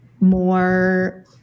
more